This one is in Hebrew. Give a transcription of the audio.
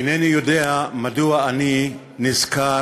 אינני יודע מדוע אני נזכר,